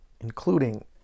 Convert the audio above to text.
including